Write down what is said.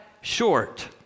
short